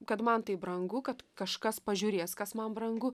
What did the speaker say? kad man tai brangu kad kažkas pažiūrės kas man brangu